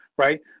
Right